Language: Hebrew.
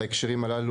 בהקשרים הללו,